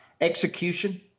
Execution